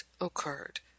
occurred